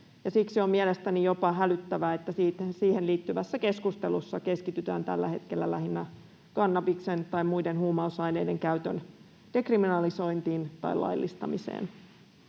siksi on mielestäni jopa hälyttävää, että siihen liittyvässä keskustelussa keskitytään tällä hetkellä lähinnä kannabiksen tai muiden huumausaineiden käytön dekriminalisointiin tai laillistamiseen.